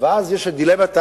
ואז יש דילמת האסיר,